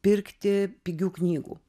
pirkti pigių knygų